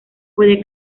puede